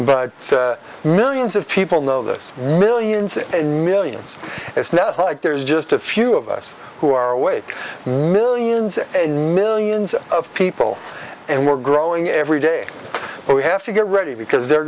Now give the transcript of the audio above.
but millions of people know this millions and millions it's now like there's just a few of us who are awake millions and millions of people and we're growing every day but we have to get ready because they're